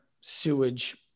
sewage